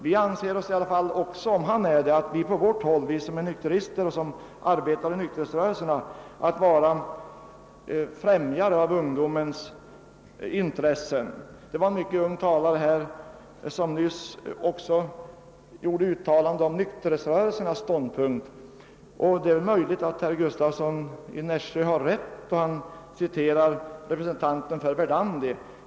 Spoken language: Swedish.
Vi nykterister, vi som arbetar inom nykterhetsrörelserna, anser oss i alla fall vara främjare av ungdomens intressen. Det var en mycket ung talare, herr Gustavsson i Nässjö, som nyss också gjorde uttalanden om nykterhetsrörelsen. Och det är möjligt att herr Gustavsson har rätt då han citerar en representant för Verdandi.